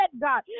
God